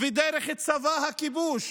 ודרך צבא הכיבוש